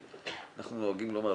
אנחנו נוהגים לומר,